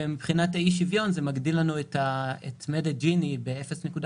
ומבחינת האי-שוויון זה מגדיל לנו את מדד ג'יני ב-0.12%.